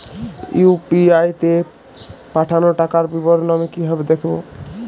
UPI তে পাঠানো টাকার বিবরণ আমি কিভাবে দেখবো?